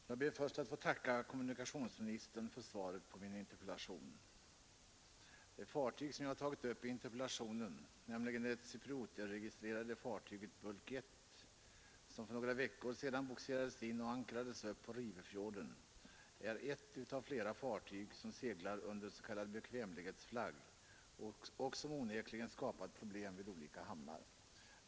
Herr talman! Jag ber först att få tacka kommunikationsministern för svaret på min interpellation. Det fartyg som jag tagit upp i interpellationen, nämligen det cypriotiskregistrerade fartyget Bulk I som för några veckor sedan bogserades in och ankrades upp på Rivöfjorden, är ett av flera fartyg som seglar under s.k. bekvämlighetsflagg och som onekligen skapat problem i olika hamnar.